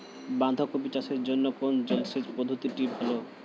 বাঁধাকপি চাষের জন্য কোন জলসেচ পদ্ধতিটি ভালো?